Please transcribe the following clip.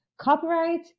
Copyright